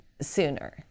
sooner